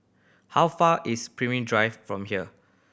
how far is Pemimpin Drive from here